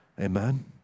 Amen